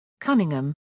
Cunningham